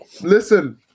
Listen